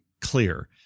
clear